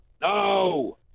No